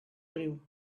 riu